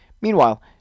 Meanwhile